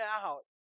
out